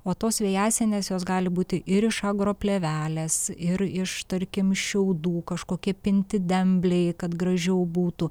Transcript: o tos vejasienės jos gali būti ir iš agro plėvelės ir iš tarkim šiaudų kažkokie pinti dembliai kad gražiau būtų